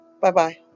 Bye-bye